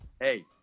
Hey